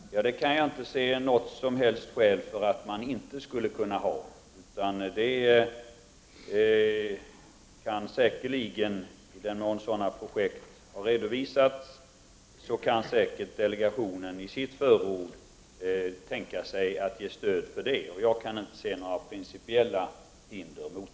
Fru talman! Det kan jag inte se något som helst skäl för att man inte skulle kunna ha. I den mån sådana projekt har redovisats kan säkert delegationen i sitt förord tänka sig att ge stöd för detta. Jag kan inte se några principiella hinder för det.